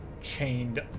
chained